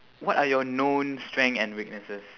what are your known strength and weaknesses